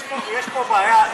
יש פה בעיה.